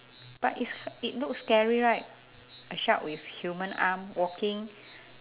but is it looks scary right a shark with human arm walking